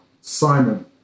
Simon